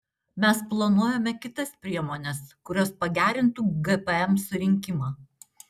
mes planuojame kitas priemones kurios pagerintų gpm surinkimą